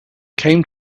came